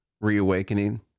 reawakening